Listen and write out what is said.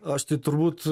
aš tai turbūt